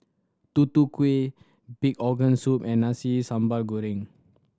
Tutu Kueh pig organ soup and Nasi Sambal Goreng